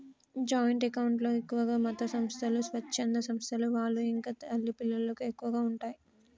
joint account లో ఎక్కువగా మతసంస్థలు, స్వచ్ఛంద సంస్థల వాళ్ళు ఇంకా తల్లి పిల్లలకు ఎక్కువగా ఉంటయ్